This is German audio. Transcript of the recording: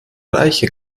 reiche